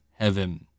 heaven